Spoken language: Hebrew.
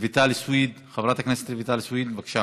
רויטל סויד, חברת הכנסת רויטל סויד, בבקשה.